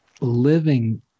living